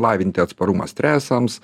lavinti atsparumą stresams